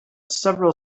several